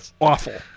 awful